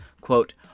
quote